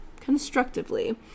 constructively